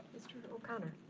mr. and o'connor.